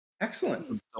Excellent